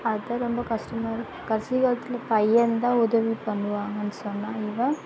அதைதான் ரொம்ப கஷ்டமா இருக்கும் கடைசி காலத்தில் பையன் தான் உதவி பண்ணுவாங்கன்னு சொன்னால் இவன்